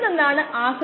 3 plus 2